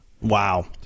Wow